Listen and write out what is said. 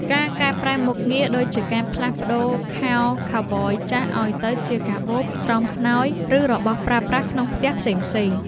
ការកែប្រែមុខងារ ដូចជាការផ្លាស់ប្តូរខោខូវប៊យចាស់ឱ្យទៅជាកាបូប ស្រោមខ្នើយ ឬរបស់ប្រើប្រាស់ក្នុងផ្ទះផ្សេងៗ។